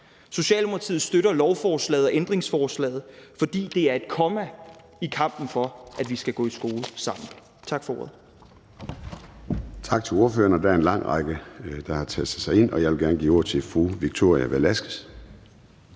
Socialdemokratiet støtter lovforslaget og ændringsforslaget, fordi det er et komma i kampen for, at vi skal gå i skole sammen. Tak for ordet.